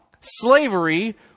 Slavery